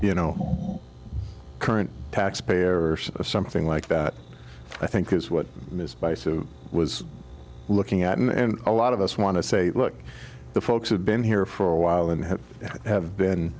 you know current taxpayer of something like that i think is what is was looking at and a lot of us want to say look the folks who've been here for a while and who have been